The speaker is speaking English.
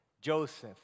Joseph